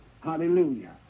Hallelujah